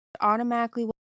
automatically